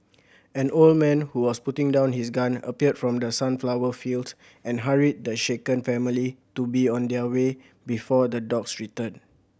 an old man who was putting down his gun appeared from the sunflower fields and hurried the shaken family to be on their way before the dogs return